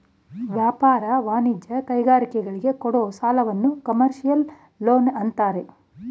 ವ್ಯಾಪಾರ, ವಾಣಿಜ್ಯ, ಕೈಗಾರಿಕೆಗಳಿಗೆ ಕೊಡೋ ಸಾಲವನ್ನು ಕಮರ್ಷಿಯಲ್ ಲೋನ್ ಅಂತಾರೆ